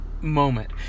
moment